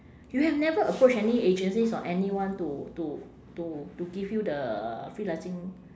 you have never approach any agencies or anyone to to to to give you the freelancing